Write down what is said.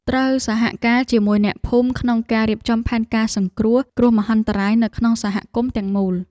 ត្រូវសហការជាមួយអ្នកភូមិក្នុងការរៀបចំផែនការសង្គ្រោះគ្រោះមហន្តរាយនៅក្នុងសហគមន៍ទាំងមូល។